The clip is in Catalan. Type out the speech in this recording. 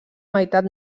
meitat